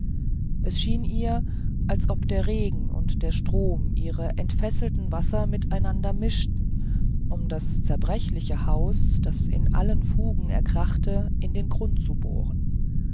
es schien ihr als ob der regen und der strom ihre entfesselten wasser mit einander vermischten um dies gebrechliche haus das in allen fugen erkrachte in den grund zu bohren